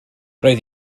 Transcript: roedd